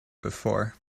before